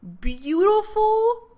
beautiful